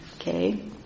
Okay